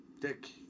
Dick